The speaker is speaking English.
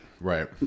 Right